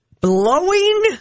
Blowing